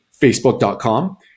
facebook.com